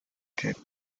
jack